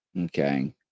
Okay